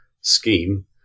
scheme